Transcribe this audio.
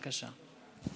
בבקשה.